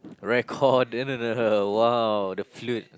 recorder no no no no !wow! the flute